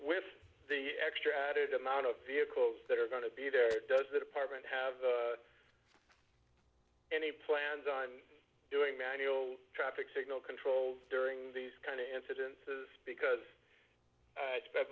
with the extra added amount of vehicles that are going to be there does the department have any plans on doing manual traffic signal control during these kind of incidences because